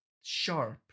sharp